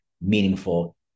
meaningful